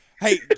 Hey